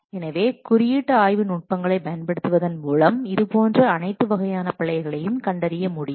எனவே குறியீடு ஆய்வு நுட்பங்களைப் பயன்படுத்துவதன் மூலம் இதுபோன்ற அனைத்து வகையான பிழைகளையும் கண்டறிய முடியும்